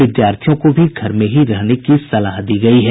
विद्यार्थियों को भी घर में ही रहने की सलाह दी है